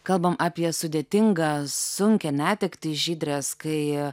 kalbam apie sudėtingą sunkią netektį žydrės kai